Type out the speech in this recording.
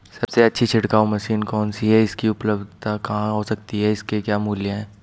सबसे अच्छी छिड़काव मशीन कौन सी है इसकी उपलधता कहाँ हो सकती है इसके क्या मूल्य हैं?